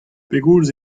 pegoulz